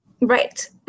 Right